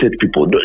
people